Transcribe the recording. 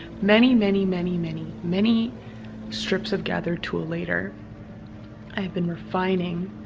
many many many many many strips of gather tool later i have been refining